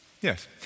Yes